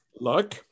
luck